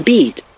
Beat